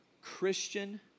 Christian